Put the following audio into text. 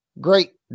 great